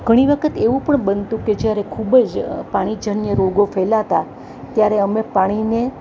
ઘણી વખત એવું પણ બનતું કે જ્યારે ખૂબ જ પાણીજન્ય રોગો ફેલાતા ત્યારે અમે પાણીને